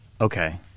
okay